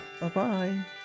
Bye-bye